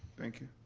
thank you.